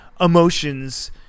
emotions